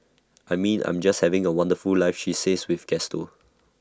I mean I'm just having A wonderful life she says with gusto